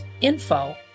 info